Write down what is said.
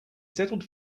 settled